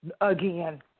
again